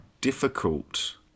difficult